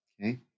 Okay